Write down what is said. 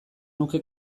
nuke